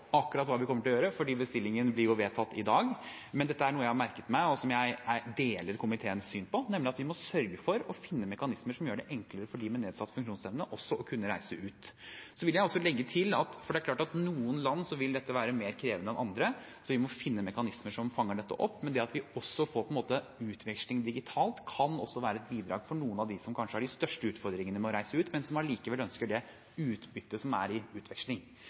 akkurat hva vi kommer til å gjøre, for bestillingen blir jo vedtatt i dag, men dette er noe jeg har merket meg, og som jeg deler komiteens syn på, nemlig at vi må sørge for å finne mekanismer som gjør det enklere for dem med nedsatt funksjonsevne også å kunne reise ut. Jeg vil også legge til at det er klart at dette vil være mer krevende i noen land enn i andre, så vi må finne mekanismer som fanger dette opp. Det at vi også får utveksling digitalt, kan være et bidrag for noen av dem som kanskje har de største utfordringene med å reise ut, men som allikevel ønsker det utbyttet som er i utveksling.